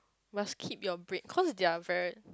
must keep your break cause they are very